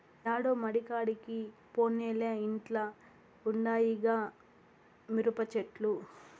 యాడో మడికాడికి పోనేలే ఇంట్ల ఉండాయిగా మిరపచెట్లు